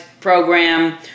program